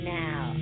now